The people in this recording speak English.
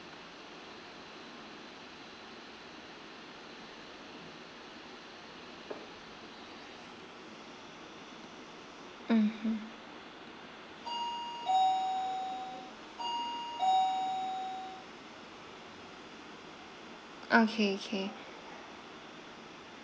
mmhmm okay okay